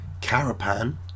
carapan